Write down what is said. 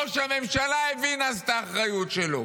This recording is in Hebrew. ראש הממשלה הבין אז את האחריות שלו.